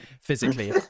physically